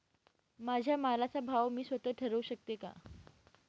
माझ्या मालाचा भाव मी स्वत: ठरवू शकते का?